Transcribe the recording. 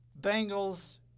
Bengals